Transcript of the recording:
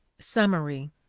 summary.